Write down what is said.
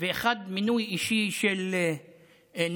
ואחד מינוי אישי של נתניהו,